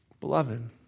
Beloved